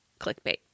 clickbait